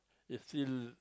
he still